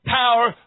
power